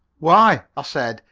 why, i said,